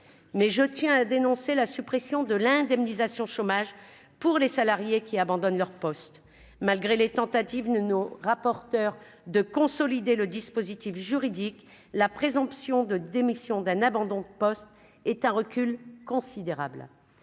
mais je tiens à dénoncer la suppression de l'indemnisation chômage pour les salariés qui abandonnent leur poste malgré les tentatives ne nos rapporteur de consolider le dispositif juridique la présomption de démission d'un abandon de poste est un recul considérable,